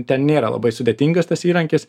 ten nėra labai sudėtingas tas įrankis